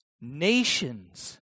nations